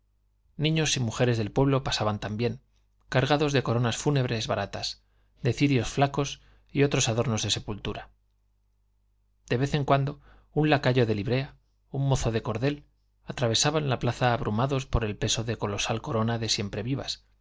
niños y mujeres del pueblo pasaban también cargados de coronas fúnebres baratas de cirios flacos y otros adornos de sepultura de vez en cuando un lacayo de librea un mozo de cordel atravesaban la plaza abrumados por el peso de colosal corona de